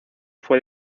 fue